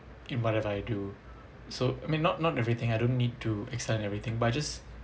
in whatever I do so I mean not not everything I don't need to excel in everything but I just